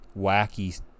wacky